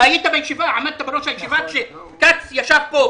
אתה עמדת בראש הישיבה כשכץ ישב פה,